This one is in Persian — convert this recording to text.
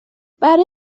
برای